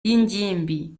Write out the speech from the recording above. y’ingimbi